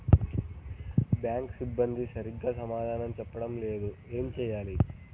Bank సిబ్బంది సరిగ్గా సమాధానం చెప్పటం లేదు ఏం చెయ్యాలి?